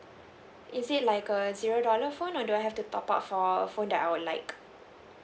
is it like a zero dollar phone or do I have to top up for a phone that I would like